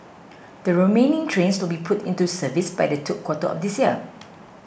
the remaining trains will be put into service by the third quarter of this year